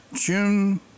June